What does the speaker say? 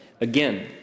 again